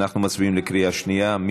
אנחנו מצביעים בקריאה שנייה.